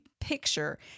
picture